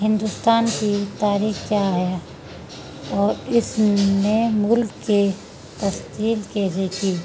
ہندوستان کی تاریخ کیا ہے اور اس نے ملک کے تشکیل کیسے کی